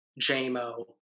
J-Mo